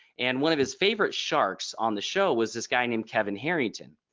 and one of his favorite sharks on the show was this guy named kevin harrington.